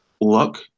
look